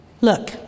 Look